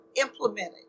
implemented